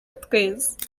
twese